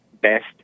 best